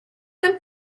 them